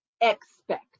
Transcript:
expect